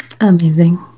Amazing